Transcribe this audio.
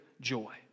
joy